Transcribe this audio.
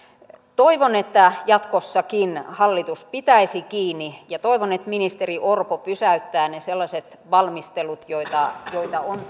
toivon että jatkossakin hallitus pitäisi kiinni tästä ja toivon että ministeri orpo pysäyttää ne sellaiset valmistelut joita joita on